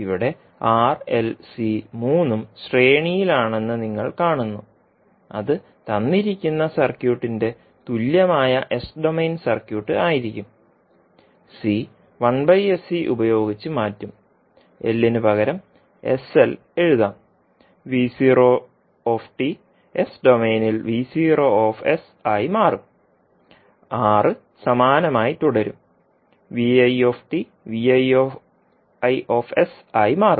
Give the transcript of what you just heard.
ഇവിടെ R L C 3ഉം ശ്രേണിയിലാണെന്ന് നിങ്ങൾ കാണുന്നു അത് തന്നിരിക്കുന്ന സർക്യൂട്ടിന്റെ തുല്യമായ എസ് ഡൊമെയ്ൻ സർക്യൂട്ട് ആയിരിക്കും C ഉപയോഗിച്ച് മാറ്റും L ന് പകരം sL എഴുതാം എസ് ഡൊമെയ്നിൽ ആയി മാറും R സമാനമായി തുടരും ആയി മാറും